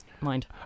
mind